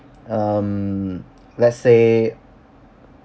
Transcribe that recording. um let's say